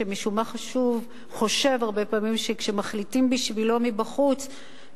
שמשום מה חושב הרבה פעמים שכשמחליטים בשבילו מבחוץ,